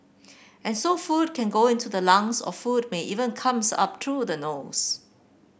and so food can go into the lungs or food may even comes up through the nose